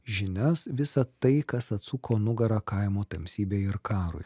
žinias visa tai kas atsuko nugarą kaimo tamsybei ir karui